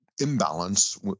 imbalance